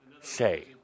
say